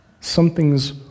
Something's